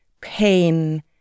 pain